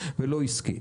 ועסקי.